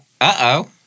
Uh-oh